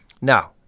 Now